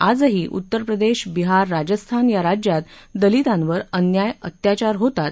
आजही उत्तरप्रदेश बिहार राजस्थान या राज्यात दलितांवर अन्याय अत्याचार होतात